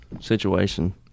situation